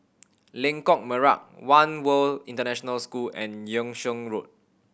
Lengkok Merak One World International School and Yung Sheng Road